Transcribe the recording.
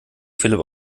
philipp